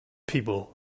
people